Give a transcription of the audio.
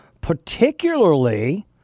particularly